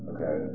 Okay